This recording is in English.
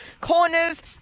corners